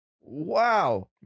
wow